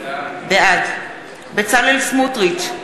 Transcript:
בעד בצלאל סמוטריץ,